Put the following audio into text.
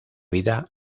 vida